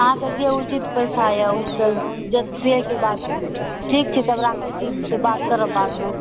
अहाँकेँ जे उचित पैसा यऽ ओ तऽ सीऐके बाद ठीक छै तब राखै छी फेर बात करब बादमे